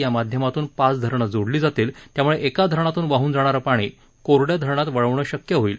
या माध्यमातून पाच धरणं जोडली जातील त्यामुळे एका धरणातून वाहन जाणारं पाणी कोरड्या धरणात वळवणं शक्य होईल